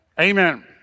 Amen